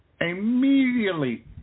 immediately